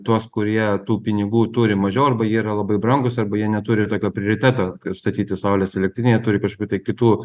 tuos kurie tų pinigų turi mažiau arba jie yra labai brangūs arba jie neturi tokio prioriteto kaip statyti saulės elektrinę jie turi kažkokių kitų